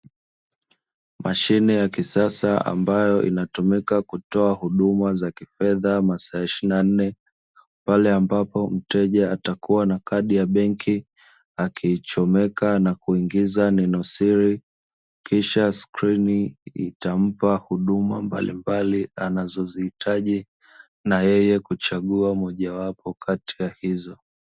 Mashine ya kisasa ambayo inatumika kutoa huduma za kifedha masaa ishirini na nne. Pale ambapo mteja atakuwa na kadi ya benki akichomeka na kuingiza nenosiri, kisha skrini itampa huduma mbalimbali anazozihitaji na yeye kuchagua mojawapo katika hizo.